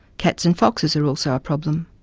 cats and foxes are also a problem.